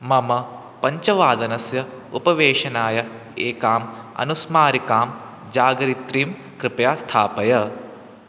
मम पञ्चवादनस्य उपवेशनाय एकाम् अनुस्मारिकां जागरित्रीं कृपया स्थापय